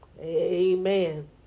Amen